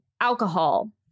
alcohol